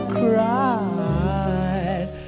cried